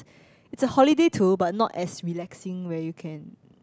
it's a holiday too but not as relaxing where you can